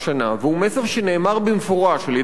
והוא מסר שנאמר במפורש על-ידי קציני